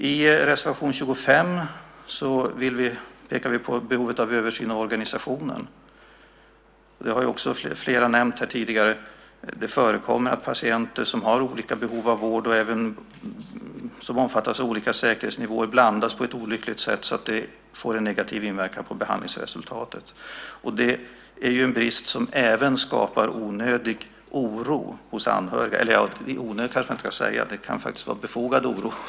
I reservation 25 pekar vi på behovet av översyn av organisationen. Det har också flera talare nämnt tidigare. Det förekommer att patienter som har olika behov av vård och som även omfattas av olika säkerhetsnivåer blandas på ett olyckligt sätt, och det får en negativ inverkan på behandlingsresultatet. Det är ju en brist som även skapar onödig oro hos anhöriga. Man kanske inte ska säga onödig, det kan faktiskt vara befogad oro.